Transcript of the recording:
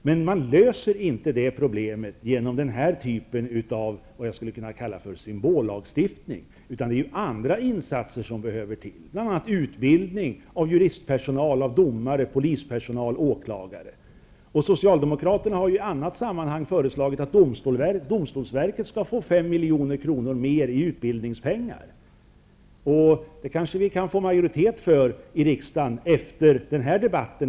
Men man löser inte det problemet genom den här typen av vad jag skulle kunna kalla symbollagstiftning. Det är andra insatser som skall till, bl.a. utbildning av juridisk personal; domare, polispersonal, åklagare. Socialdemokraterna har i annat sammanhang föreslagit att domstolsverket skall få 5 milj.kr. mer i utbildningspengar. Det kanske vi kan få majoritet för i riksdagen efter den här debatten.